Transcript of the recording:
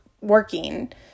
working